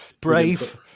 brave